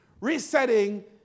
resetting